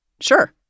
Sure